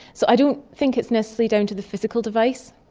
so i don't think it's necessarily down to the physical device,